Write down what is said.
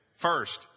First